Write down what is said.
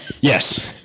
yes